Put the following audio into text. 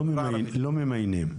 לא ממיינים.